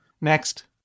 Next